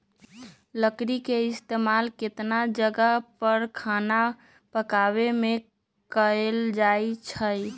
लकरी के इस्तेमाल केतता जगह पर खाना पकावे मे कएल जाई छई